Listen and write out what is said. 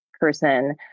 person